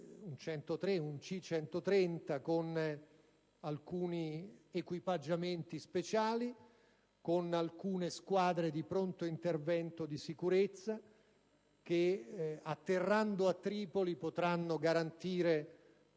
C-130), con alcuni equipaggiamenti speciali e con alcune squadre di pronto intervento di sicurezza che, atterrando a Tripoli, potranno garantire,